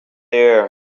there